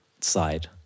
side